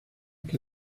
que